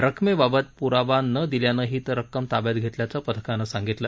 रक्कमेबाबत पुरावा न दिल्यानं ही रक्कम ताब्यात घेतल्याचं पथकानं सांगितलं